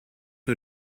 nur